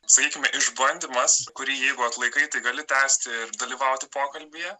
sakykime išbandymas kurį jeigu atlaikai tai gali tęsti ir dalyvauti pokalbyje